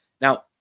Now